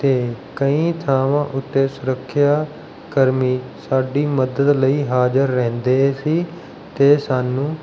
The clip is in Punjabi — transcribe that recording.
ਅਤੇ ਕਈ ਥਾਵਾਂ ਉੱਤੇ ਸੁਰੱਖਿਆ ਕਰਮੀ ਸਾਡੀ ਮਦਦ ਲਈ ਹਾਜ਼ਰ ਰਹਿੰਦੇ ਸੀ ਅਤੇ ਸਾਨੂੰ